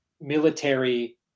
military